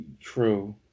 True